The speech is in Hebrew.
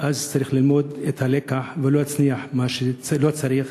צריך ללמוד את הלקח ולא להנציח את הכיבוש.